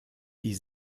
die